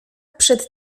przed